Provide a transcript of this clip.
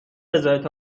رضایت